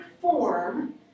form